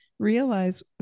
realize